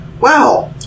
wow